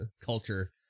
culture